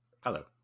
Hello